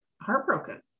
heartbroken